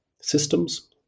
systems